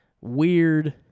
Weird